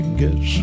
guess